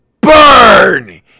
burn